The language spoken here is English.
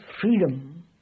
freedom